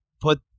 put